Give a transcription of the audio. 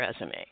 resume